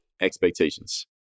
expectations